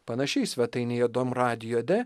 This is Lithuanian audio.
panašiai svetainėje dom radio de